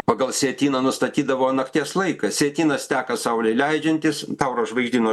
pagal sietyną nustatydavo nakties laiką sietynas teka saulei leidžiantis tauro žvaigždyno